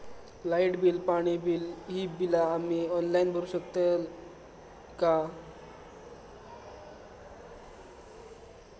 Light bill, पाणी bill, ही बिला आम्ही ऑनलाइन भरू शकतय का?